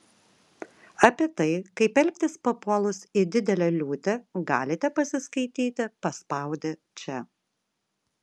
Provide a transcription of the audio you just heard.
apie tai kaip elgtis papuolus į didelę liūtį galite pasiskaityti paspaudę čia